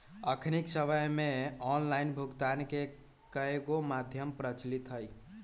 अखनिक समय में ऑनलाइन भुगतान के कयगो माध्यम प्रचलित हइ